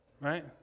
right